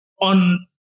on